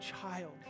child